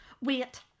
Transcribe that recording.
Wait